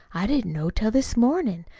i didn't know till this mornin'.